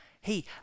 hey